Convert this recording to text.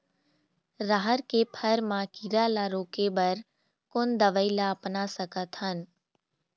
रहर के फर मा किरा रा रोके बर कोन दवई ला अपना सकथन?